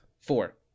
Four